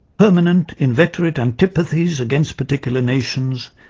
permanent, inveterate antipathies against particulars nations,